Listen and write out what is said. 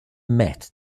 met